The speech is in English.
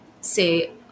say